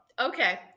okay